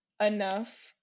enough